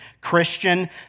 Christian